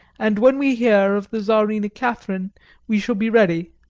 and when we hear of the czarina catherine we shall be ready.